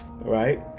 right